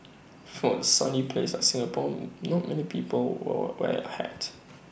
for A sunny place like Singapore not many people were wear A hat